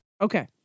Okay